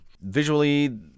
Visually